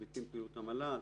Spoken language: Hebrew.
היבטים בפעילות המל"ל,